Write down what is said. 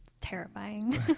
terrifying